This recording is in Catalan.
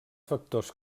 factors